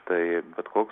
tai bet koks